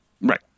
Right